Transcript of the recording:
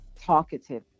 talkative